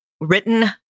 written